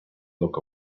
look